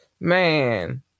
man